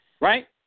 right